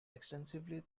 extensively